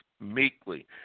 meekly